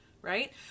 Right